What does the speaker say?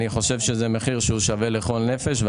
אני חושב שזה מחיר שווה לכל נפש.